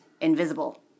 invisible